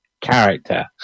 character